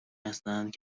هستند